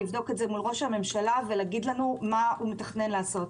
לבדוק את זה מול אש הממשלה ולהגיד לנו מה הוא מתכנן לעשות.